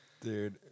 Dude